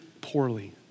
poorly